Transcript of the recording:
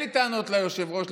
אין לי טענות ליושב-ראש,